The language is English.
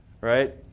Right